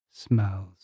Smells